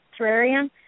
terrarium